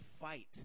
fight